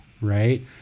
right